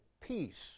peace